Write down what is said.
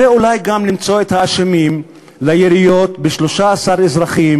ואולי גם למצוא את האשמים ביריות ב-13 אזרחים